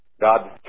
God